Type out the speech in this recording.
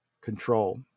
control